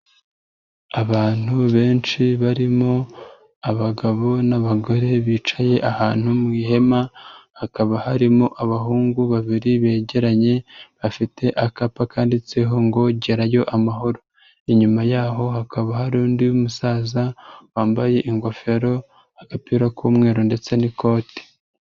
Abantu benshi barimo abagabo n'abagore bicaye ahantu mu ihema, hakaba harimo abahungu babiri begeranye bafite akapa kanditseho ngo gerayo amahoro, inyuma yaho hakaba hari undi musaza wambaye ingofero agapira k'umweru ndetse n'ikoti.